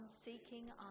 seeking